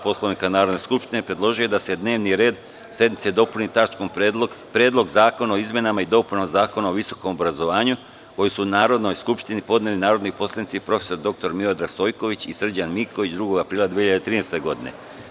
Poslovnika Narodne skupštine, predložio je da se dnevni red sednici dopuni tačkom – Predlog zakona o izmenama i dopunama Zakona o visokom obrazovanju, koji su Narodnoj skupštini podneli narodni poslanici prof. dr Miodrag Stojković i Srđan Miković, 2. aprila 2013. godine.